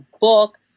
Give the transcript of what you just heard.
book